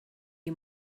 you